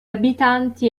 abitanti